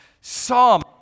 psalm